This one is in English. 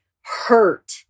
hurt